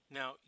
now